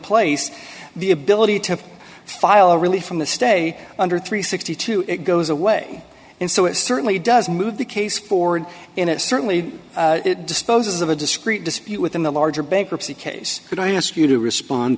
place the ability to file relief from the stay under three sixty two it goes away and so it certainly does move the case forward and it certainly disposes of a discrete dispute within the larger bankruptcy case could i ask you to respond